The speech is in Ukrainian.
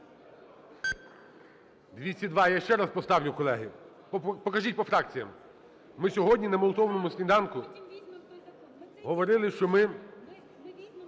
За-202 Я ще раз поставлю, колеги. Покажіть по фракціям. Ми сьогодні на Молитовному сніданку говорили, що ми